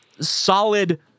solid